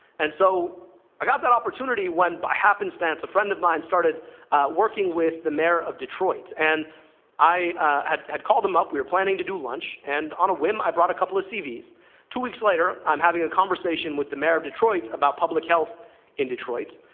and so i got that opportunity when, by happenstance, a friend of mine started working with the mayor of detroit. and i had had called him up, we were planning to do lunch, and on a whim, i brought a couple of cvs. two weeks later, i'm having a conversation with the mayor of detroit about public health in detroit.